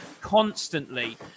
constantly